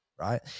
right